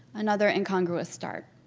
another incongruous start.